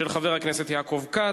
הצעות לסדר-היום מס' 8593,